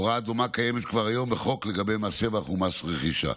הוראה דומה קיימת כבר היום בחוק לגבי מס שבח ומס רכישה.